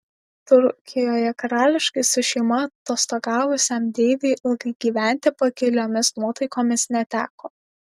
turkijoje karališkai su šeima atostogavusiam deiviui ilgai gyventi pakiliomis nuotaikomis neteko